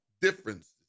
differences